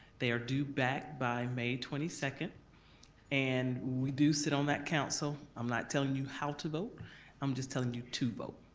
they are due back by may twenty second and we do sit on that council, i'm not telling you how to vote i'm just telling you to vote.